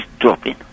dropping